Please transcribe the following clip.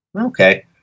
Okay